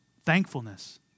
thankfulness